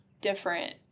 different